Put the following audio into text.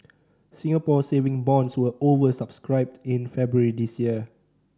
Singapore Saving Bonds were over subscribed in February this year